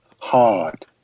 hard